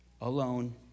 Alone